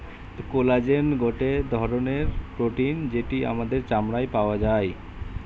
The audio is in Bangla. কোলাজেন গটে ধরণের প্রোটিন যেটি আমাদের চামড়ায় পাওয়া যায়